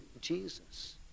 Jesus